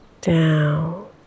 down